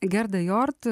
gerda jord